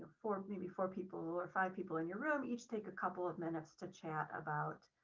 four, maybe four people or five people in your room each take a couple of minutes to chat about